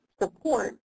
support